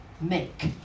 make